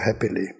happily